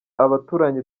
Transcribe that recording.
abaturanyi